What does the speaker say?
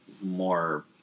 more